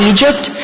Egypt